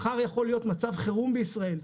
מחר יכול להיות מצב חירום בישראל,